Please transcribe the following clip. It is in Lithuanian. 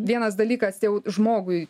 vienas dalykas jau žmogui